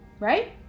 right